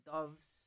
Doves